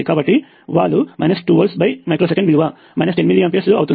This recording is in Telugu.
కాబట్టి వాలు 2VuS విలువ 10 మిల్లీ ఆంపియర్లు అవుతుంది